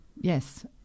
Yes